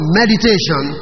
meditation